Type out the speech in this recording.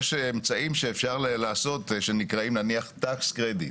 יש אמצעים שאפשר לעשות שנקראים נניח טקס קרדיט.